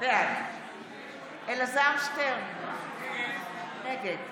בעד אלעזר שטרן, נגד